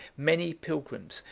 many pilgrims,